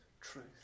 truth